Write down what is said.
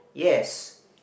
yes